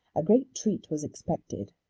a great treat was expected,